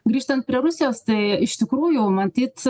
grįžtant prie rusijos tai iš tikrųjų matyt